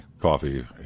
coffee